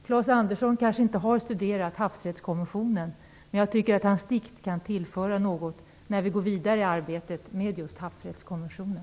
Claes Andersson kanske inte har studerat havsrättskonventionen. Men jag tycker att hans dikt kan tillföra något när vi går vidare i arbetet med just havsrättskonventionen.